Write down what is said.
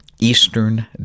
Eastern